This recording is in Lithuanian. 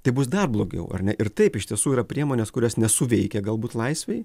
tai bus dar blogiau ar ne ir taip iš tiesų yra priemonės kurios nesuveikė galbūt laisvėj